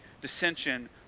dissension